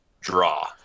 draw